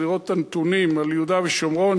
ולראות את הנתונים על יהודה ושומרון,